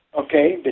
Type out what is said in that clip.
Okay